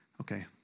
Okay